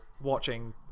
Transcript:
watching